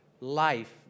life